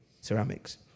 ceramics